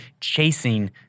chasing